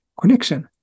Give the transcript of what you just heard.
Connection